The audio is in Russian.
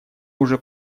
уже